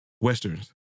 westerns